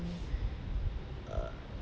err